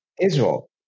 Israel